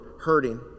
hurting